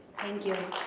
thank you.